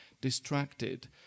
distracted